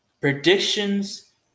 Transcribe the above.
predictions